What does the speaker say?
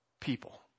people